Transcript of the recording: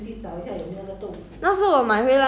你讲很久 liao